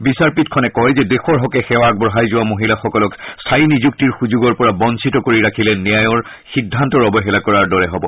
বিচাৰপীঠখনে কয় যে দেশৰ হকে সেৱা আগবঢ়াই যোৱা মহিলাসকলক স্থায়ী নিযুক্তিৰ সুযোগৰ পৰা বঞ্চিত কৰি ৰাখিলে ন্যায়ৰ সিদ্ধান্তৰ অৱহেলা কৰাৰ দৰে হ'ব